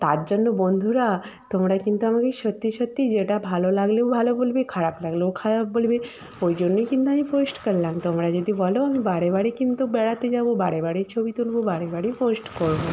তার জন্য বন্ধুরা তোমরা কিন্তু আমাকে সত্যি সত্যি যেটা ভালো লাগলেও ভালো বলবে খারাপ লাগলেও খারাপ বলবে ওই জন্যই কিন্তু আমি পোস্ট করলাম তোমরা যদি বলো আমি বারে বারেই কিন্তু বেড়াতে যাব বারে বারে ছবি তুলবো বারে বারেই পোস্ট করব